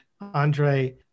Andre